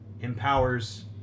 empowers